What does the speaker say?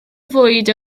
fwyd